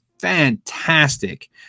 fantastic